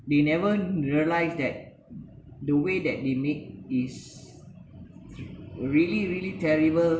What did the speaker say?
they never realised that the way that they make is really really terrible